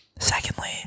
Secondly